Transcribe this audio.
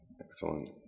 Excellent